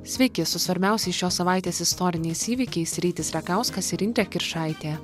sveiki su svarbiausiais šios savaitės istoriniais įvykiais rytis rakauskas ir indrė kiršaitė